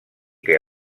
que